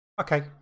Okay